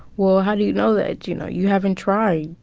well, how do you know that, you know? you haven't tried.